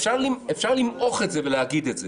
אפשר למעוך את זה ולהגיד את זה,